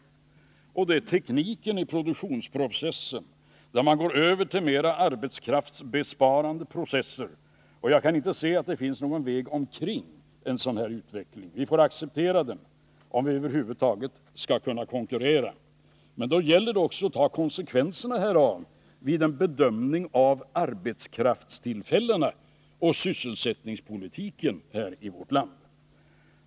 Detta beror på tekniken i produktionen, där man går över till mer arbetskraftsbe sparande processer, och jag kan inte se att det finns någon väg omkring en sådan utveckling. Vi får acceptera den, om vi över huvud taget skall kunna konkurrera. Men då gäller det också att ta konsekvenserna härav vid en bedömning av arbetskraftstillfällena och sysselsättningspolitiken här i vårt land.